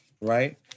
right